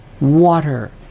water